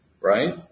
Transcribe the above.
right